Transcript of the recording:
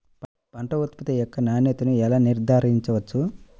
పంట ఉత్పత్తి యొక్క నాణ్యతను ఎలా నిర్ధారించవచ్చు?